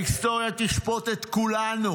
ההיסטוריה תשפוט את כולנו,